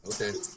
Okay